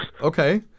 Okay